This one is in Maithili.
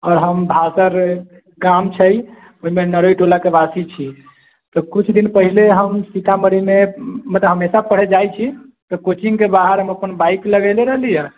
आओर हम भाकर गाम छै ओहिमे नरइ टोलाके वासी छी तऽ किछु दिन पहिले हम सीतामढ़ीमे बट हमेशा पढ़ै जाइत छी तऽ कोचिङ्गके बाहर हम अपन बाइक लगैले रहली हँ